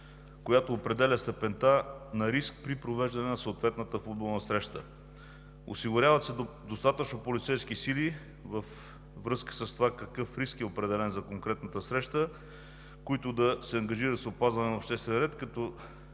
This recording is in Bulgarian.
която определя степента на риск при провеждане на съответната футболна среща. Осигуряват се достатъчно полицейски сили във връзка с това какъв риск е определен за конкретната среща, които да се ангажират с опазване на обществения ред – както